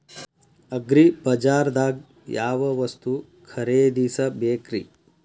ಅಗ್ರಿಬಜಾರ್ದಾಗ್ ಯಾವ ವಸ್ತು ಖರೇದಿಸಬೇಕ್ರಿ?